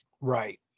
Right